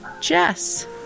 Jess